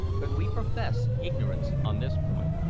but we profess ignorance on this point.